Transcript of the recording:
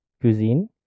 cuisine